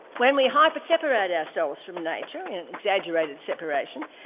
when we hyper-separate ourselves from nature, an exaggerated separation,